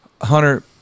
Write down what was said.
Hunter